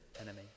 enemy